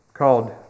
Called